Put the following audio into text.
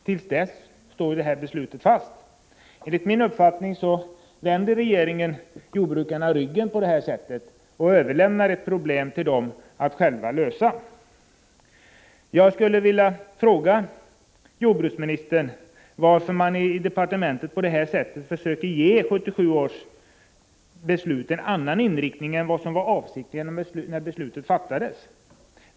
Till dess står emellertid det här beslutet fast. Enligt min uppfattning vänder regeringen jordbrukarna ryggen och överlämnar ett problem till dem att själva lösa. Jag skulle vilja fråga jordbruksministern varför man i departementet på det här sättet försöker ge 1977 års beslut en annan inriktning än vad som var avsikten när beslutet fattades.